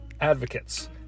advocates